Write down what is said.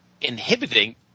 inhibiting